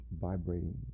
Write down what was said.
vibrating